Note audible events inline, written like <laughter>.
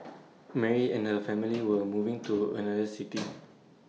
Mary and her family were moving to another city <noise>